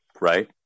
Right